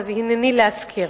אז הנני להזכיר.